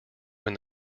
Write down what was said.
when